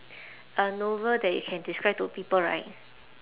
a novel that you can describe to people right